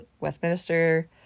Westminster